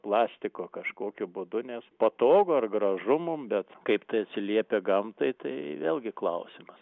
plastiko kažkokiu būdu nes patogu ar gražu mum bet kaip tai atsiliepia gamtai tai vėlgi klausimas